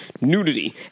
nudity